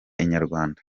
inyarwanda